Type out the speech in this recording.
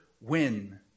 win